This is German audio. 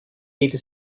jede